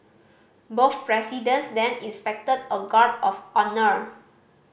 both presidents then inspected a guard of honour